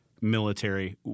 military